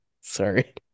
sorry